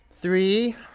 Three